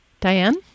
Diane